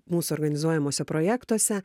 mūsų organizuojamuose projektuose